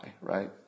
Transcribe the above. right